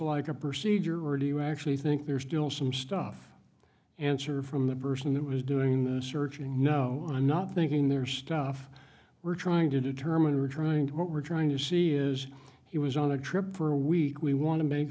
like a procedure or do you actually think there's still some stuff answer from the person that was doing the searching no i'm not thinking their stuff we're trying to determine we're trying to what we're trying to see is he was on a trip for a week we want to make